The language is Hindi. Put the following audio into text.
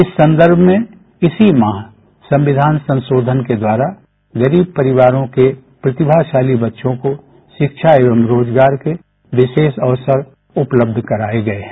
इस संदर्भ में इसी माह संविधान संशोधन के द्वारा गरीब परिवारों के प्रतिभाशाली बच्चों को शिक्षा एवं रोजगार के विशेष अवसर उपब्ध कराए गए हैं